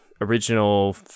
original